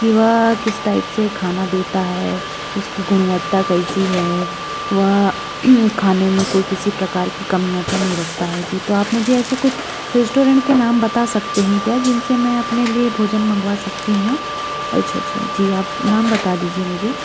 कि वह किस टाइप से खाना देता है उसकी गुणवत्ता कैसी है वह खाने में कोई किसी प्रकार की कमियाँ तो नहीं रखता है जी तो आप मुझे ऐसे कुछ रेस्टोरेंट के नाम बता सकते हैं क्या जिनसे मैं अपने लिए भोजन मंगवा सकती हूँ अच्छा अच्छा जी आप नाम बता दीजिए मुझे